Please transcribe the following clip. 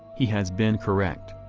he has been correct.